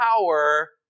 power